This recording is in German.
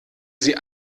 sie